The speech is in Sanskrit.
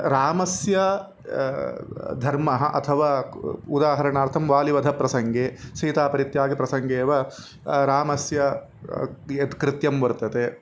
रामस्य धर्मः अथवा उदाहरणार्थं वालिवधप्रसङ्गे सीतापरित्यागः प्रसङ्गेव रामस्य यत्कृत्यं वर्तते